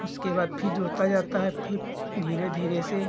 उसके बाद फिर जोता जाता है फिर धीरे धीरे से